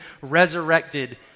resurrected